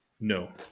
No